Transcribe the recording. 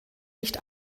nicht